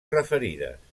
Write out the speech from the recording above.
referides